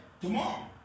tomorrow